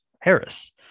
Harris